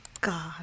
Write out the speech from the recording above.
God